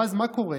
ואז מה קורה?